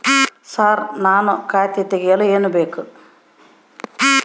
Sir ನಾನು ಖಾತೆ ತೆರೆಯಲು ಏನು ಬೇಕು?